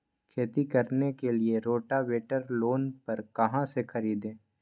खेती करने के लिए रोटावेटर लोन पर कहाँ से खरीदे?